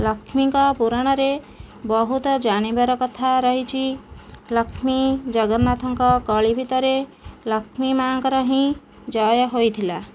ଲକ୍ଷ୍ମୀଙ୍କ ପୁରାଣରେ ବହୁତ ଜାଣିବାର କଥା ରହିଛି ଲକ୍ଷ୍ମୀ ଜଗନ୍ନାଥଙ୍କ କଳି ଭିତରେ ଲକ୍ଷ୍ମୀ ମା'ଙ୍କର ହିଁ ଜୟ ହୋଇଥିଲା